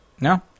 No